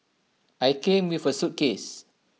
I came with A suitcase